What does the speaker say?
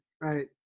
Right